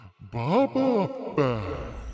Baba